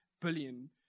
billion